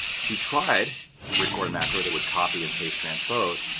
she tried to record a macro that would copy and paste transpose.